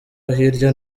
hirya